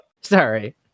sorry